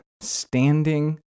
standing